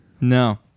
no